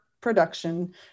production